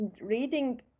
reading